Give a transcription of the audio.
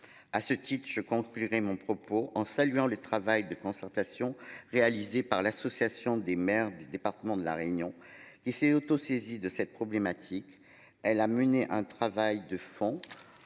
À ce titre je conclurai mon propos en saluant le travail de concertation réalisée par l'association des maires du département de la réunion qui s'est auto-saisi de cette problématique. Elle a mené un travail de fond